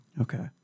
Okay